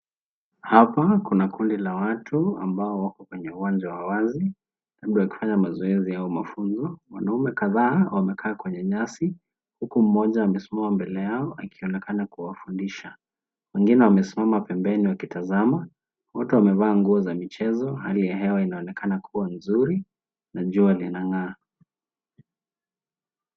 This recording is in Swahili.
Hapa kuna kundi la watu ambao wako kwenye uwanja wa wazi, labda wakifanya mazoezi au mafunzo . Wanaume kadhaa wamekaa kwenye nyasi huku mmoja amesimama mbele yao akionekana kuwa fundisha. Wengine wamesimama pembeni wakitazama . Wote wamevaa nguo za michezo . Hali ya hewa inaonekana kuwa nzuri na jua linangaa.